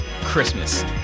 Christmas